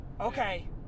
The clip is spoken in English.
okay